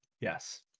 Yes